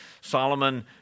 Solomon